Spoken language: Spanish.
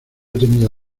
tenía